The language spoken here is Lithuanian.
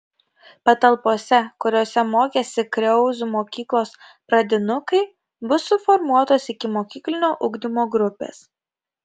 patalpose kuriose mokėsi kriauzų mokyklos pradinukai bus suformuotos ikimokyklinio ugdymo grupės